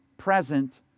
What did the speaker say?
present